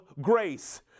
grace